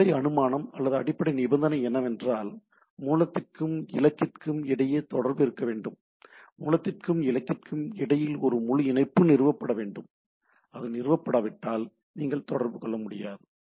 அடிப்படை அனுமானம் அல்லது அடிப்படை நிபந்தனை என்னவென்றால் மூலத்திற்கும் இலக்கிற்கும் இடையே தொடர்பு இருக்க வேண்டும் மூலத்திற்கும் இலக்கிற்கும் இடையில் ஒரு முழு இணைப்பு நிறுவப்பட வேண்டும் அது நிறுவப்படாவிட்டால் நீங்கள் தொடர்பு கொள்ள முடியாது